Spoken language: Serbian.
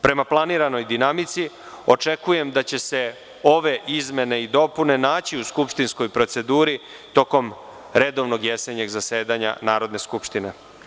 Prema planiranoj dinamici, očekujem da će se ove izmene i dopune naći u skupštinskoj proceduri tokom redovnog jesenjeg zasedanja Narodne skupštine.